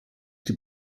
die